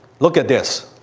look at this.